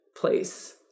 place